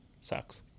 Sucks